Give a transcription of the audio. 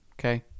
Okay